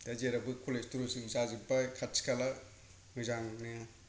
दा जेरावबो कलेज तलेज जाजोबबाय खाथि खाला मोजांनो